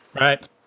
Right